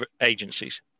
agencies